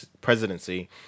presidency